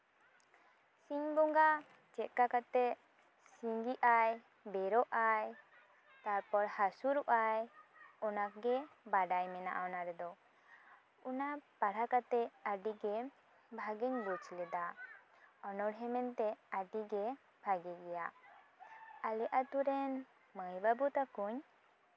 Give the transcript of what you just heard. ᱥᱤᱧ ᱵᱚᱸᱜᱟ ᱪᱮᱫ ᱞᱮᱠᱟ ᱠᱟᱛᱮᱜ ᱥᱤᱸᱜᱤ ᱟᱭ ᱵᱮᱨᱚᱜ ᱟᱭ ᱛᱟᱨᱯᱚᱨ ᱦᱟᱹᱥᱩᱨᱚᱜ ᱟᱭ ᱚᱱᱟᱜᱮ ᱵᱟᱰᱟᱭ ᱢᱮᱱᱟᱜᱼᱟ ᱚᱱᱟ ᱨᱮᱫᱚ ᱚᱱᱟ ᱯᱟᱲᱦᱟᱣ ᱠᱟᱛᱮᱜ ᱟᱹᱰᱤᱜᱮ ᱵᱷᱟᱜᱮᱧ ᱵᱩᱡᱽ ᱞᱮᱫᱟ ᱚᱱᱚᱲᱦᱮᱸ ᱢᱮᱱᱛᱮ ᱟᱹᱰᱤᱜᱮ ᱵᱷᱟᱜᱮ ᱜᱮᱭᱟ ᱟᱞᱮ ᱟᱹᱛᱩ ᱨᱮᱱ ᱢᱟᱹᱭ ᱵᱟᱹᱵᱩ ᱛᱟᱠᱚᱧ